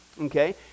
okay